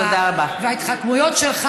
וההתחכמויות שלך,